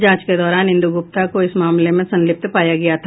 जांच के दौरान इंदू गुप्ता को इस मामले में संलिप्त पाया गया था